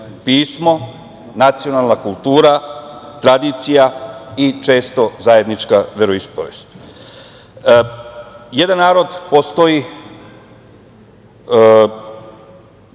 pismo, nacionalna kultura, tradicija i često zajednička veroispovest. Jedan narod postoji